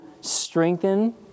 strengthen